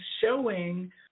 showing